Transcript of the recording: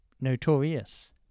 Notorious